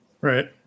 Right